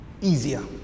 easier